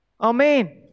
Amen